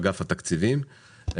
אגף התקציבים.